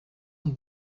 und